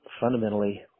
fundamentally